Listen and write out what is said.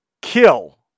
kill